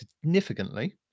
significantly